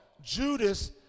Judas